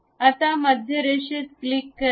आता मध्य रेषेत क्लिक करा